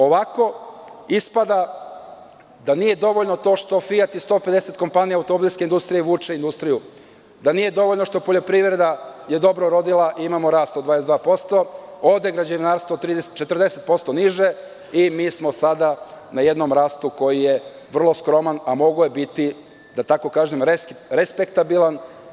Ovako ispada da nije dovoljno to što „Fijat“ i 150 kompanija automobilske industrije vuče industriju, da nije dovoljno što je poljoprivreda dobro rodila i imamo rast od 22%, ode građevinarstvo 40% niže i mi smo sada na jednom rastu koji je vrlo skroman, a mogao je biti respektibilan.